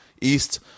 east